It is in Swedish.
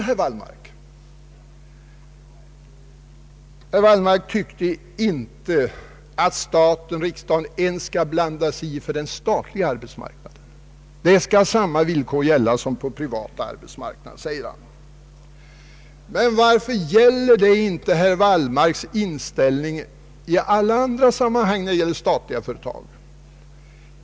Herr Wallmark ansåg inte att staten eller riksdagen ens skulle blanda sig i arbetsvillkoren inom den statliga sektorn utan att samma villkor skulle gälla som på den privata arbetsmarknaden. Men varför är inte herr Wallmarks inställning densamma i alla andra sammanhang när det gäller statliga företag?